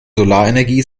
solarenergie